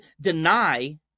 deny